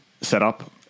setup